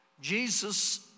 Jesus